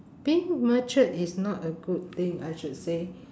being matured is not a good thing I should say